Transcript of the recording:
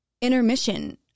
intermission